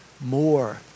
more